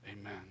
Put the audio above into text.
Amen